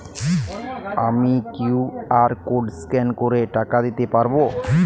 আমি QR code scan করে টাকা দিতে পারবো?